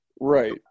Right